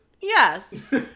yes